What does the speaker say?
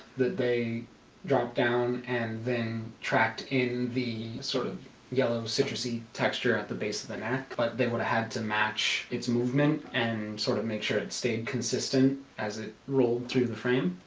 that they dropped down and then tracked in the sort of yellow citrusy texture at the base of the neck but they would have had to match its movement and sort of make sure it stayed consistent as it rolled through the frame